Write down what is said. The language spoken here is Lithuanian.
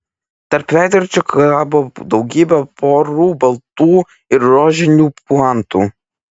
tarp veidrodžių kabo daugybė porų baltų ir rožinių puantų